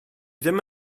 ddim